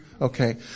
Okay